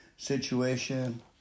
Situation